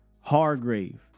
Hargrave